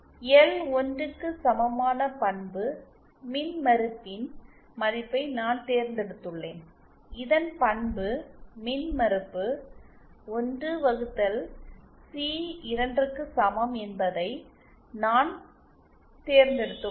L 1 க்கு சமமான பண்பு மின்மறுப்பின் மதிப்பை நான் தேர்தெடுத்துள்ளேன் இதன் பண்பு மின்மறுப்பு 1 சி 2 க்கு சமம் என்பதை நான் தேர்ந்தெடுத்துள்ளேன்